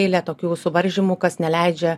eilė tokių suvaržymų kas neleidžia